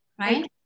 right